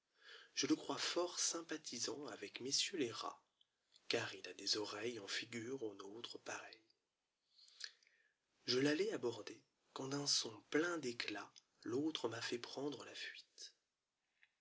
je le crois fort sympathisant avec messieurs les ra ts car il a des oreilles jgnjfigure aux nôtres pareilles je l'allais aborder quand d'un son plein d'éclat l'autre m'a fait prendre la fuite